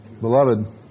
Beloved